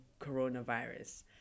coronavirus